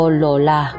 lola